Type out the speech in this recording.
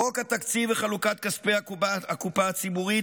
חוק התקציב וחלוקת כספי הקופה הציבורית,